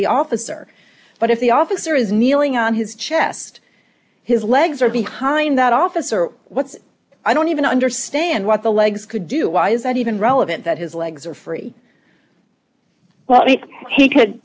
the officer but if the officer is kneeling on his chest his legs are behind that officer what's i don't even understand what the legs could do why is that even relevant that his legs are free well he could